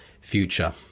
future